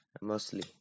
Mostly